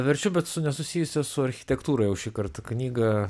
verčiu bet su nesusijusia su architektūra jau šįkart knygą